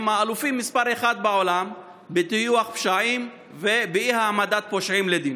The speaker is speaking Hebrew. הם האלופים מספר אחת בעולם בטיוח פשעים ובאי-העמדת פושעים לדין.